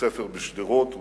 בבתי-הספר בשדרות ובמעלות.